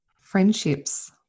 friendships